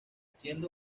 siendo